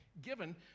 given